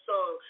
Song